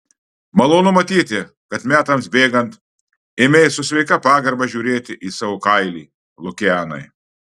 malonu matyti kad metams bėgant ėmei su sveika pagarba žiūrėti į savo kailį lukianai